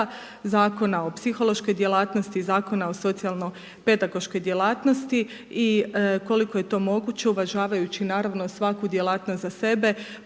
Zakona o psihološkog djelatnosti, Zakona o socijalno pedagoškoj djelatnosti i koliko je to moguće uvažavajući naravno i svaku djelatnost za sebe,